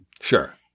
Sure